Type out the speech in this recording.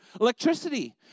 Electricity